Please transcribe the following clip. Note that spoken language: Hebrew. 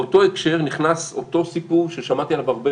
באותו הקשר נכנס אותו סיפור ששמעתי עליו הרבה